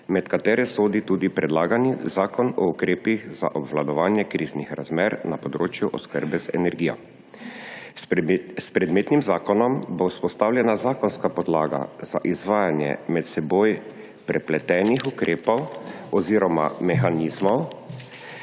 med katere sodi tudi predlagani zakon o ukrepih za obvladovanje kriznih razmer na področju oskrbe z energijo. S predmetnim zakonom bo vzpostavljena zakonska podlaga za izvajanje med seboj prepletenih ukrepov oziroma mehanizmov,